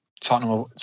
Tottenham